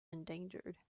endangered